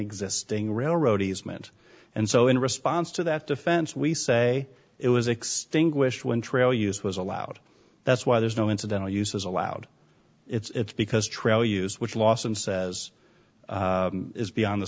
existing railroad easement and so in response to that defense we say it was extinguished when trail use was allowed that's why there's no incidental uses allowed it's because trail use which lawson says is beyond the